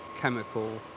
chemical